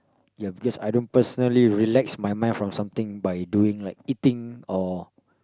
yes because I don't personally relax my mind from something by doing like eating or